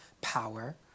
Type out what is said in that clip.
power